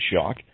shock